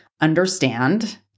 understand